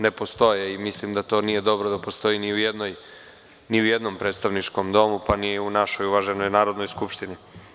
Ne postoje i mislim da to nije dobro da postoji ni u jednom predstavničkom domu, pa ni u našoj uvaženoj Narodnoj skupštini.